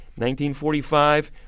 1945